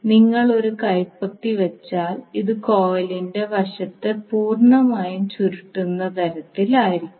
നിങ്ങൾ ഒരു കൈപ്പത്തി വച്ചാൽ അത് കോയിലിന്റെ വശത്തെ പൂർണ്ണമായും ചുരുട്ടുന്ന തരത്തിൽ ആയിരിക്കും